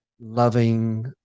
loving